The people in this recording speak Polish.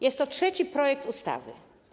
Jest trzeci projekt ustawy.